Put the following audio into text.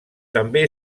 també